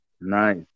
Nice